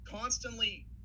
constantly